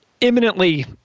imminently